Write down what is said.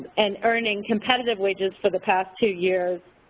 and earning competitive wages for the past two years,